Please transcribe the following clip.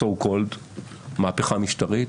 מהפכה משטרית,